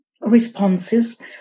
responses